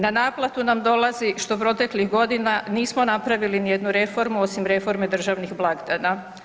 Na naplatu nam dolazi, što proteklih godina nismo napravili nijednu reformu osim reforme državnih blagdana.